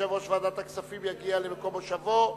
שיושב-ראש ועדת הכספים יגיע למקום מושבו,